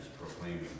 proclaiming